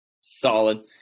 Solid